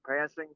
passing